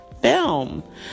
film